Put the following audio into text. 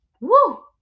woo